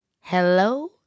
Hello